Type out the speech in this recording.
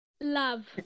Love